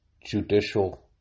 judicial